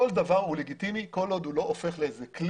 כל דבר הוא לגיטימי כל עוד הוא לא הופך לכלי